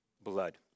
Blood